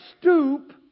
stoop